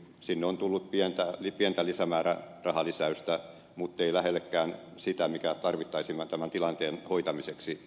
sinne on tullut pientä lisämäärärahalisäystä muttei lähellekään sitä mikä tarvittaisiin tämän tilanteen hoitamiseksi